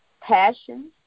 passion